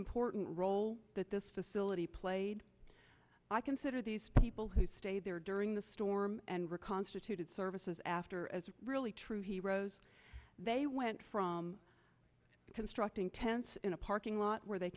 important role that this facility played i consider these people who stayed there during the storm and reconstituted services after as really true heroes they went from constructing tents in a parking lot where they